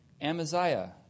Amaziah